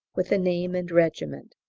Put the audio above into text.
with the name and regiment.